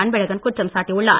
அன்பழகன் குற்றம் சாட்டியுள்ளார்